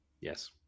yes